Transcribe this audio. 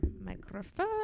microphone